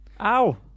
ow